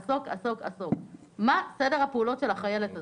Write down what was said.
מה סד"פ של החיילת הזאת.